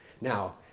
Now